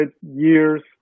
years